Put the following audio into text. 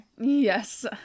Yes